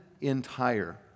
entire